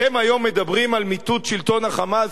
אתם היום מדברים על מיטוט שלטון ה"חמאס"